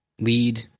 lead